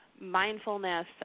mindfulness